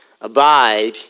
Abide